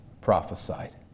prophesied